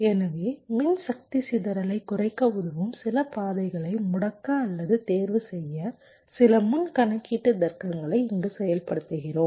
எனவே மின்சக்தி சிதறலைக் குறைக்க உதவும் சில பாதைகளை முடக்க அல்லது தேர்வுசெய்ய சில முன் கணக்கீட்டு தர்க்கங்களை இங்கு செயல்படுத்துகிறோம்